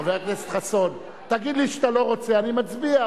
חבר הכנסת חסון, תגיד לי שאתה לא רוצה, נצביע.